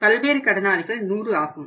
பல்வேறு கடனாளிகள் 100 ஆகும்